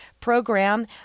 Program